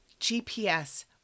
GPS